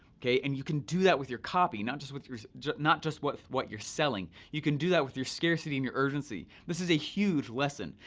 kay? and you can do that with your copy, not just with your not just what what you're selling. you can do that with your scarcity and your urgency. this is a huge lesson.